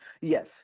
Yes